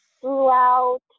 throughout